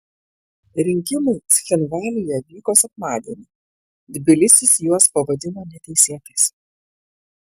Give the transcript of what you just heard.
rinkimai cchinvalyje vyko sekmadienį tbilisis juos pavadino neteisėtais